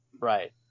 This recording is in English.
Right